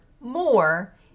more